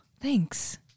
thanks